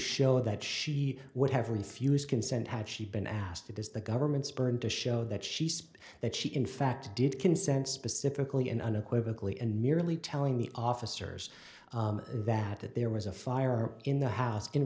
show that she would have refused consent had she been asked it is the government's burn to show that she says that she in fact did consent specifically in unequivocal he and merely telling the officers that that there was a fire in the house in